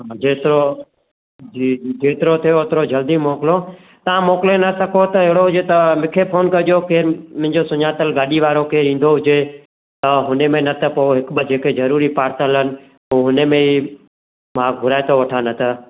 जेतिरो जी जेतिरो थिए ओतिरो जल्दी मोकिलियो तव्हां मोकिले न सघो त अहिड़ो हुजे त मूंखे फ़ोन कजो केरु मुंहिंजो सुञातलु गाॾी वारो केरु ईंदो हुजे त हुने में न त पोइ हिकु ॿ जेके ज़रूरी पार्सल आहिनि हू हुनमें ई मां घुराए थो वठां न त